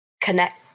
connect